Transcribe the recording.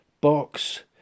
box